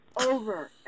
over